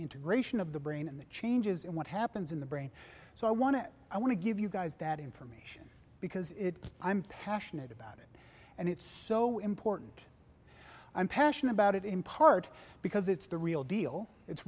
integration of the brain and the changes in what happens in the brain so i want to i want to give you guys that information because it i'm passionate about it and it's so important i'm passionate about it in part because it's the real deal it's